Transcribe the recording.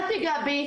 אל תיגע בי".